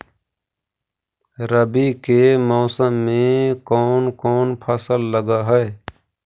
रवि के मौसम में कोन कोन फसल लग है?